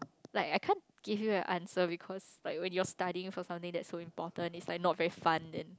like I can't give you an answer because like when you're studying for something that's so important is like not very fun then